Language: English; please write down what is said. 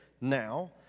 now